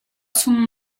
chung